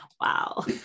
Wow